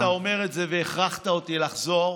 אם אתה אומר את זה והכרחת אותי לחזור,